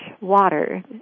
water